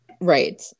Right